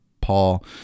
Paul